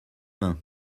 mains